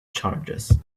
charges